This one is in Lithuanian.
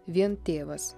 vien tėvas